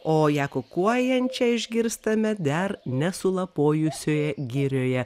o ją kukuojančią išgirstame dar ne sulapojusioje girioje